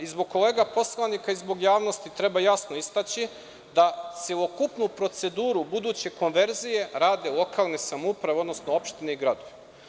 Zbog kolega poslanika i zbog javnosti treba jasno istaći da celokupnu proceduru buduće konverzije rade lokalne samouprave, odnosno opštine i gradovi.